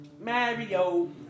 Mario